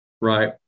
right